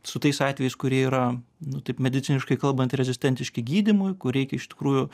su tais atvejais kurie yra nu taip mediciniškai kalbant rezistentiški gydymui kur reikia iš tikrųjų